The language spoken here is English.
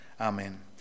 Amen